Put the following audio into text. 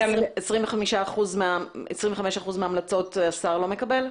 25% מההמלצות השר לא מקבל?